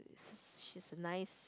s~ she's a nice